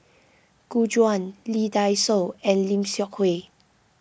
Gu Juan Lee Dai Soh and Lim Seok Hui